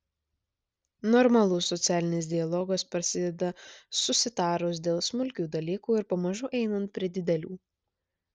normalus socialinis dialogas prasideda susitarus dėl smulkių dalykų ir pamažu einant prie didelių